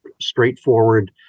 straightforward